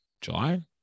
july